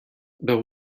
but